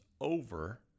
over